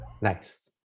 Nice